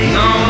no